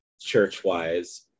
church-wise